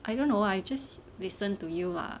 I don't know I just listen to you lah